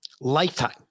Lifetime